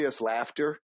laughter